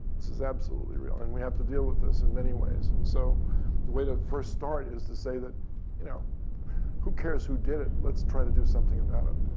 this is absolutely real. and we have to deal with this in many ways. and so the way to first start is to say, you know who cares who did it? let's try to do something about it.